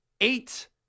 eight